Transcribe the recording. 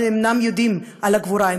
הם אינם יודעים על הגבורה.